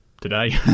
today